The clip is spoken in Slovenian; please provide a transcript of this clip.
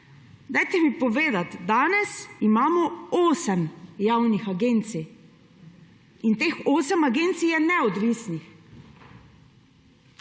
Dajte mi povedati, danes imamo osem javnih agencij in teh osem agencij je neodvisnih.